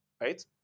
Right